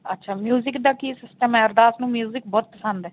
ਅੱਛਾ ਮਿਊਜ਼ਿਕ ਦਾ ਕੀ ਸਿਸਟਮ ਹੈ ਅਰਦਾਸ ਨੂੰ ਮਿਊਜ਼ਿਕ ਬਹੁਤ ਪਸੰਦ ਹੈ